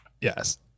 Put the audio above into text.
Yes